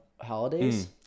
holidays